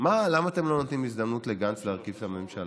למה אתם לא נותנים הזדמנות לגנץ להרכיב את הממשלה?